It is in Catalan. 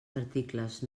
articles